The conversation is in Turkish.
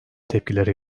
tepkilere